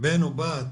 בן או בת',